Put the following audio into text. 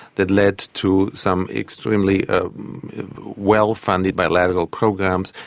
that led to some extremely ah well funded bilateral programs.